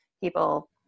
people